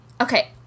Okay